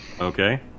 Okay